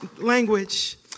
language